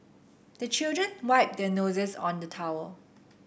the children wipe their noses on the towel